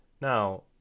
now